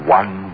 one